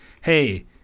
hey